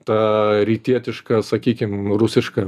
ta rytietiška sakykim rusiška